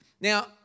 Now